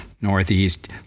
northeast